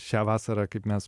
šią vasarą kaip mes